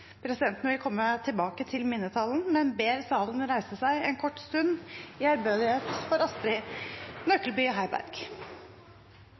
Presidenten vil komme tilbake til minnetalen, men presidenten ber salen reise seg en kort stund i ærbødighet for Astrid